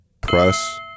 Press